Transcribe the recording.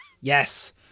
Yes